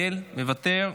מוותר,